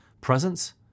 presence